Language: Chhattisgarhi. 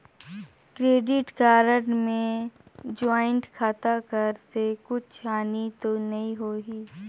क्रेडिट कारड मे ज्वाइंट खाता कर से कुछ हानि तो नइ होही?